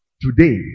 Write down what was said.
today